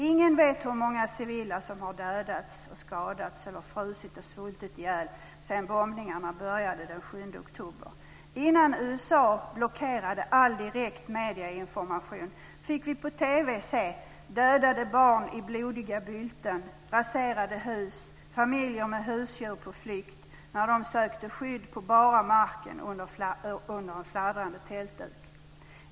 Ingen vet hur många civila som har dödats och skadats eller frusit och svultit ihjäl sedan bombningarna började den 7 oktober. Innan USA blockerade all direkt medieinformation fick vi på TV se dödade barn i blodiga bylten, raserade hus och familjer med husdjur på flykt när de sökte skydd på bara marken under en fladdrande tältduk.